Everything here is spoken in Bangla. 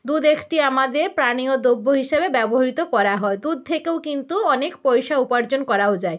দুধ একটি আমাদের পানীয় দ্রব্য হিসেবে ব্যবহৃত করা হয় দুধ থেকেও কিন্তু অনেক পয়সা উপার্জন করাও যায়